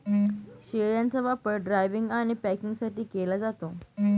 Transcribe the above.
शेळ्यांचा वापर ड्रायव्हिंग आणि पॅकिंगसाठी केला जातो